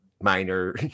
Minor